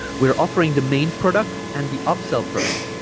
we're offering the main product and the upsell product